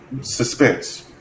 suspense